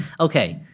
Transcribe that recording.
Okay